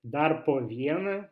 dar po vieną